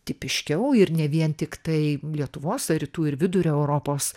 tipiškiau ir ne vien tiktai lietuvos ar rytų ir vidurio europos